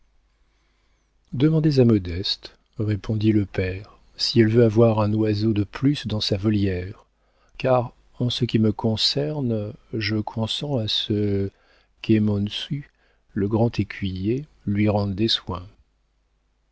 demandez à modeste répondit le père si elle veut avoir un oiseau de plus dans sa volière car en ce qui me concerne je consens à ce que monssu le grand écuyer lui rende des soins